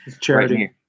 Charity